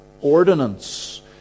ordinance